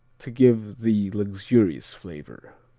to give the luxurious flavor.